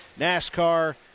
NASCAR